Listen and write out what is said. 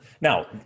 now